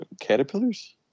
caterpillars